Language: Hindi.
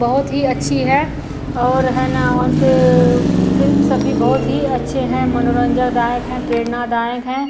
बहउत ही अच्छी है और है ना उनकी वो फ़िल्म सभी बहुत ही अच्छे हैं मनोरंजकदायक हैं प्रेरणादायक हैं